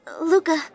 Luca